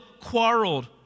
quarreled